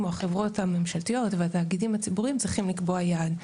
או החברות הממשלתיות או התאגידים הציבוריים צריכים לקבוע יעד.